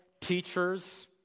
teachers